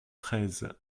treize